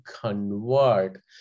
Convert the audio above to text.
convert